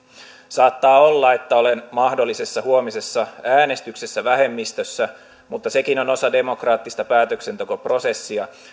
saattaa olla että olen mahdollisessa huomisessa äänestyksessä vähemmistössä mutta sekin on osa demokraattista päätöksentekoprosessia